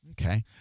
Okay